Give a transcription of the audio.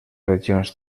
regions